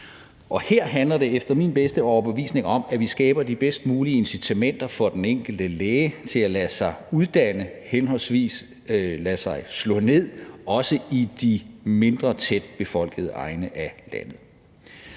Her handler det efter min bedste overbevisning om, at vi skaber de bedst mulige incitamentet for den enkelte læge til at lade sig uddanne, henholdsvis slå sig ned også i de mindre tæt befolkede egne af landet.